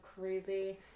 crazy